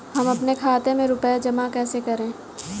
हम अपने खाते में रुपए जमा कैसे करें?